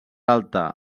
alta